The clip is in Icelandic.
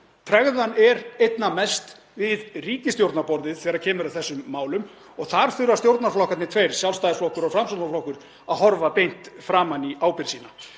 Tregðan er einna mest við ríkisstjórnarborðið þegar kemur að þessum málum og þar þurfa stjórnarflokkarnir tveir, Sjálfstæðisflokkur og Framsóknarflokkur, að horfa beint framan í ábyrgð sína.